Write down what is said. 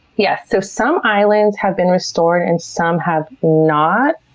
yes. so some islands have been restored and some have not.